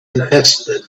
confessed